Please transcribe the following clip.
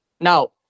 Now